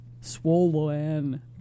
Swollen